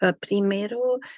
Primero